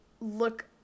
look